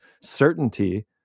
certainty